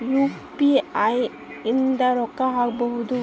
UPI ಇಂದ ರೊಕ್ಕ ಹಕ್ಬೋದು